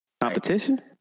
competition